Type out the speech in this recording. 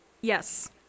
Yes